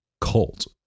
cult